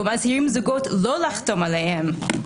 הם מזהירים זוגות לא לחתום עליהם.